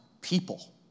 people